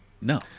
No